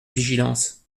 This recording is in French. vigilance